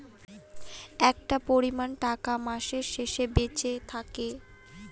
একটা পরিমান টাকা মাসের শেষে বেঁচে থাকে